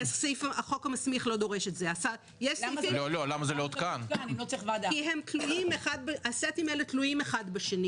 כי הסטים האלה תלויים האחד בשני.